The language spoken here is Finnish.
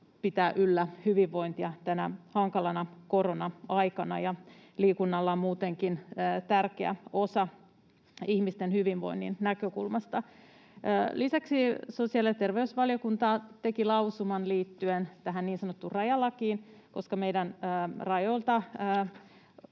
pitää yllä hyvinvointia tänä hankalana korona-aikana, ja liikunnalla on muutenkin tärkeä osa ihmisten hyvinvoinnin näkökulmasta. Lisäksi sosiaali- ja terveysvaliokunta teki lausuman liittyen tähän niin sanottuun rajalakiin, koska meidän rajoilta